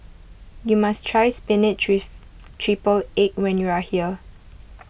you must try Spinach with Triple Egg when you are here